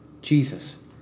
Jesus